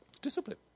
Discipline